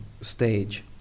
stage